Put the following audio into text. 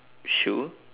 shoe